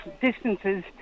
distances